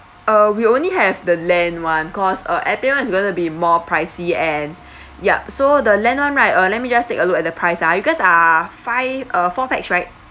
uh we only have the land [one] cause uh airplane [one] is gonna be more pricey and yup so the land [one] right uh let me just take a look at the price ah you guys are five uh four pax right